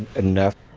enough,